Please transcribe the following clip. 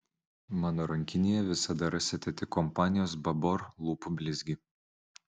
mano rankinėje visada rasite tik kompanijos babor lūpų blizgį